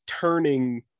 turning